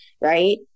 Right